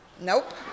Nope